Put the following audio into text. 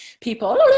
people